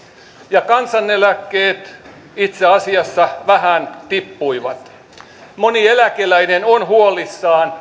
ja kansaneläkkeet itse asiassa vähän tippuivat moni eläkeläinen on huolissaan